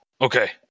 okay